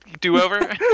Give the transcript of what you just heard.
Do-over